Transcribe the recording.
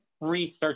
research